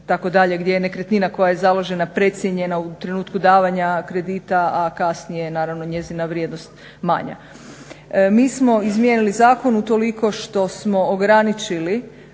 gdje je nekretnina koja je založena precijenjena u trenutku davanja kredita, a kasnije naravno njezina vrijednost manja. Mi smo izmijenili zakon utoliko što smo ograničili